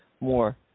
more